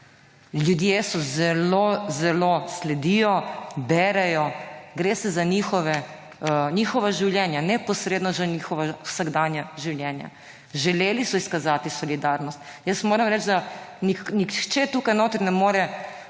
Ljudje so zelo zelo, sledijo, berejo, gre se za njihove, njihova življenja, neposredno že njihova vsakdanja življenja. Želeli so izkazati solidarnost. Jaz moram reči, da nihče tukaj notri ne more